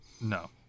No